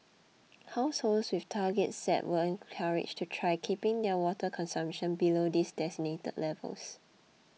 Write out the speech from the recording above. households with targets set were encouraged to try keeping their water consumption below these designated levels